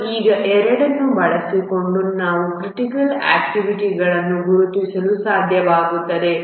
ಮತ್ತು ಈಗ ಎರಡನ್ನೂ ಬಳಸಿಕೊಂಡು ನಾವು ಕ್ರಿಟಿಕಲ್ ಆಕ್ಟಿವಿಟಿಗಳನ್ನು ಗುರುತಿಸಲು ಸಾಧ್ಯವಾಗುತ್ತದೆ